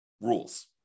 rules